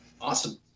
Awesome